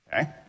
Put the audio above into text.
Okay